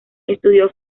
estudió